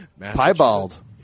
piebald